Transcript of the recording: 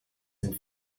and